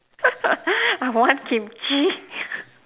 I want kimchi